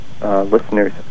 listeners